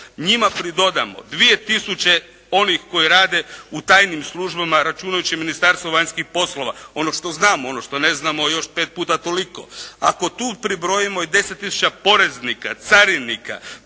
njima pridodamo 2000 onih koji rade u tajnim službama računajući Ministarstvo vanjskih poslova, ono što znamo, ono što ne znam još pet puta toliko. Ako tu pribrojimo i 10000 poreznika, carinika